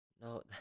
No